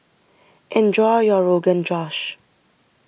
enjoy your Rogan Josh